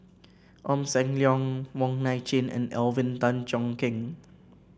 Ong Sam Leong Wong Nai Chin and Alvin Tan Cheong Kheng